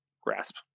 grasp